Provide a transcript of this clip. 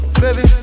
baby